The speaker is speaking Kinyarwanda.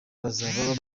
bazaba